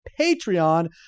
Patreon